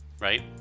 right